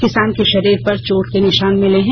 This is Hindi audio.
किसान के शरीर पर चोट के निशान मिले हैं